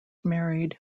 married